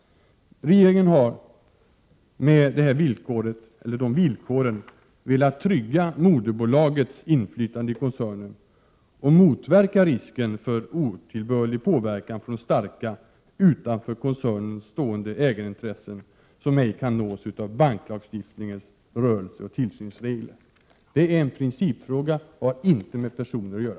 Regeringen har med dessa villkor velat trygga moderbolagets inflytande i koncernen och motverka risken för otillbörlig påverkan från starka, utanför koncernen stående ägarintressen, som ej kan nås av banklagstiftningens rörelseoch tillsynsregler. Detta är en principfråga, och det har inte med personer att göra.